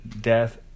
death